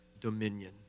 dominion